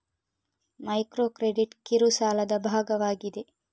micro credit ಕಿರು ಸಾಲದ ಭಾಗವಾಗಿದೆ